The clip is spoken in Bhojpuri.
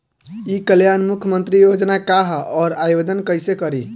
ई कल्याण मुख्यमंत्री योजना का है और आवेदन कईसे करी?